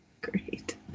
Great